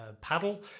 paddle